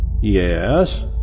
Yes